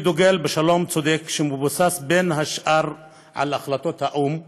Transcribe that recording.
אני דוגל בשלום צודק שמבוסס בין השאר על החלטות האו"ם.